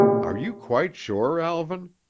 are you quite sure, alvan?